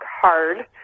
hard